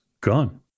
gone